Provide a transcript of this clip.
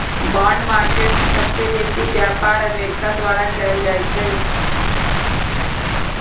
bond market में सबसे बेसी व्यापार अमेरिका द्वारा कएल जाइ छइ